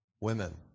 Women